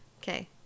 Okay